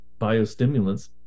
biostimulants